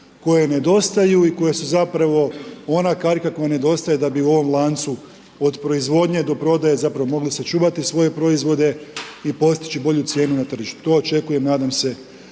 koje nedostaju i koje su zapravo ona karika koja nedostaje da bi u ovom lancu od proizvodnje do prodaje zapravo mogli sačuvati svoje proizvode i postići bolju cijenu na tržištu. To očekujem, nadam se